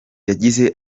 yagize